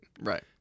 Right